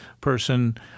person